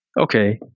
Okay